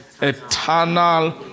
Eternal